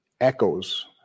echoes